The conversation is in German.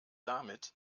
damit